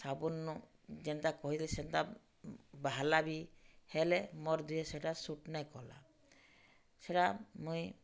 ସାବୁନ୍ ନୁ ଯେନ୍ତା କହିଛେ ସେନ୍ତା ବାହାରିଲା ବି ହେଲେ ମୋର୍ ଦିହେ ସେଟା ସୁଟ୍ ନାଇଁ କଲା ସେଟା ମୁଇଁ